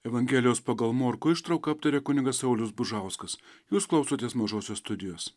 evangelijos pagal morkų ištrauką aptaria kunigas saulius bužauskas jūs klausotės mažosios studijos